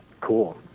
cool